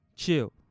chill